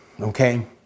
Okay